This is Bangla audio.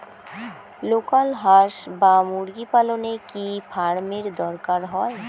লোকাল হাস বা মুরগি পালনে কি ফার্ম এর দরকার হয়?